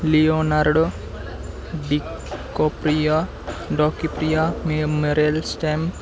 Leonardo DiCaprio DiCaprio memorial stamp